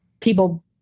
people